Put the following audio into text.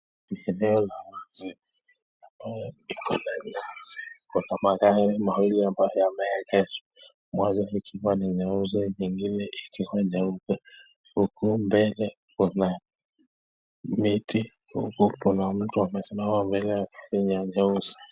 Ni eneo la wazi ambayo iko na magari mawili ambayo yameegeshwa, moja ikiwa ni nyeusi ingine ikiwa nyeupe huku mbele kuna miti huku kuna mtu mabaye amesimama mbele ya gari nyeusi.